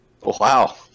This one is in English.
Wow